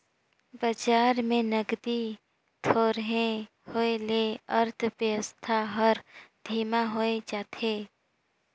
बजार में नगदी थोरहें होए ले अर्थबेवस्था हर धीमा होए जाथे